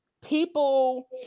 people